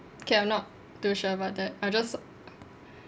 okay I'm not too sure about that I just